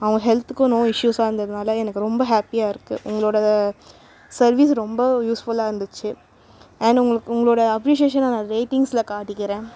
அவங்க ஹெல்த்துக்கும் நோ இஸ்யூஸாக இருந்ததனால எனக்கு ரொம்ப ஹேப்பியாக இருக்குது உங்களோட சர்வீஸ் ரொம்ப யூஸ்ஃபுல்லாக இருந்திச்சு அண்ட் உங்கள் உங்களோட அப்ரிஷியேஷனை நான் ரேட்டிங்ஸில் காட்டிக்கிறேன்